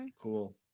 Cool